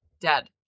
Dead